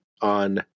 on